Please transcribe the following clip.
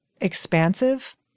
expansive